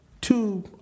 two